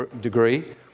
degree